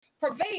pervade